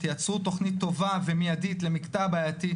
תייצרו תוכנית טובה ומיידית למקטע הבעייתי.